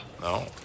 No